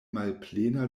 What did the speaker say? malplena